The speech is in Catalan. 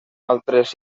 altres